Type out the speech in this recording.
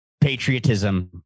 patriotism